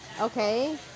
Okay